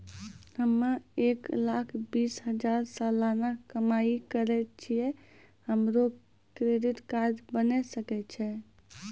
हम्मय एक लाख बीस हजार सलाना कमाई करे छियै, हमरो क्रेडिट कार्ड बने सकय छै?